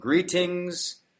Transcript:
Greetings